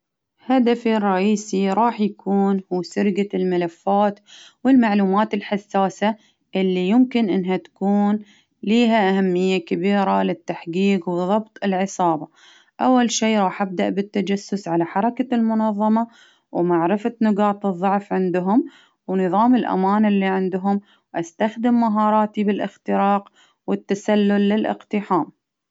هدفي الرئيسي هو راح يكون سرقة الملفات والمعلومات الحساسة اللي يمكن إنها تكون ليها أهمية كبيرة للتحقيق وضبط العصابة، أول شي راح أبدأ بالتجسس على حركة المنظمة، ومعرفة نقاط الظعف عندهم، ونظام الأمان اللي عندهم، أستخدم مهاراتي للإختراق والتسلل للإقتحام.